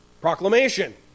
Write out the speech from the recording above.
Proclamation